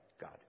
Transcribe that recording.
God